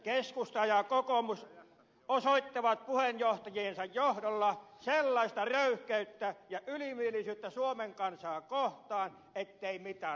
keskusta ja kokoomus osoittavat puheenjohtajiensa johdolla sellaista röyhkeyttä ja ylimielisyyttä suomen kansaa kohtaan ettei mitään rajaa